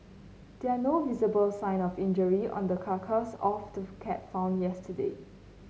there no visible sign of injury on the carcass of the cat found yesterday